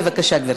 בבקשה, גברתי.